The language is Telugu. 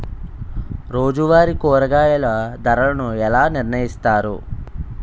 రోజువారి కూరగాయల ధరలను ఎలా నిర్ణయిస్తారు?